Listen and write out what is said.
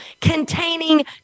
containing